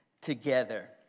together